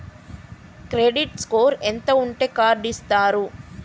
Credit score ఎంత ఉంటే card ఇస్తారు?